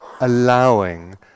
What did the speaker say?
allowing